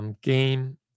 game